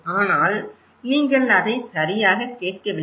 ஆனால் நீங்கள் அதை சரியாகக் கேட்கவில்லை